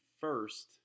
first